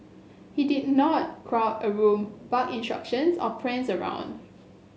he did not crowd a room bark instructions or prance around